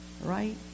right